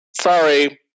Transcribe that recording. sorry